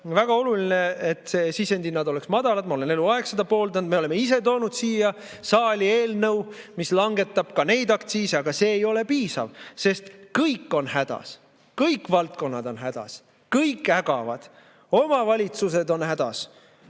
väga oluline, et sisendhinnad oleksid madalad. Ma olen eluaeg seda pooldanud. Me oleme ise toonud siia saali eelnõu, mis langetab ka neid aktsiise, aga see ei ole piisav, sest kõik on hädas. Kõik valdkonnad on hädas, kõik ägavad. Omavalitsused on hädas,